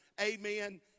Amen